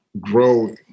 grow